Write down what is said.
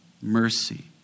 mercy